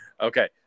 Okay